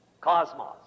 cosmos